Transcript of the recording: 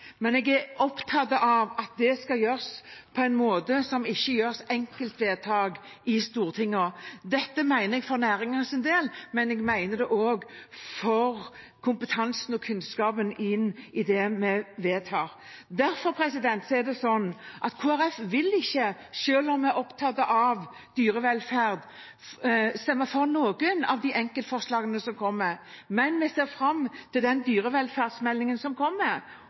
Men jeg er opptatt av at det skal gjøres på en måte som ikke gjøres i enkeltvedtak i Stortinget. Dette mener jeg for næringens del, men jeg mener det også for kompetansen og kunnskapen inn i det vi vedtar. Derfor er det slik at Kristelig Folkeparti, selv om vi er opptatt av dyrevelferd, ikke vil stemme for noen av de enkeltforslagene som er kommet, men vi ser fram til den dyrevelferdsmeldingen som kommer.